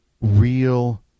real